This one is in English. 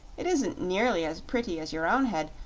it isn't nearly as pretty as your own head,